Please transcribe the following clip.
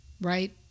right